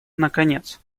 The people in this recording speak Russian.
наконец